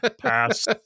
Passed